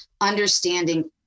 understanding